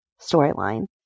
storyline